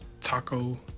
taco